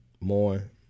more